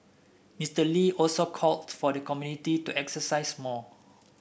Mister Lee also called for the community to exercise more